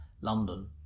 London